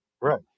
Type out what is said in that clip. Right